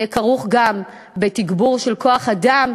ויהיה כרוך גם בתגבור של כוח-אדם.